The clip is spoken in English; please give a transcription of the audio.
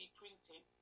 printing